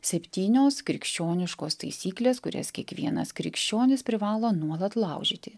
septynios krikščioniškos taisyklės kurias kiekvienas krikščionis privalo nuolat laužyti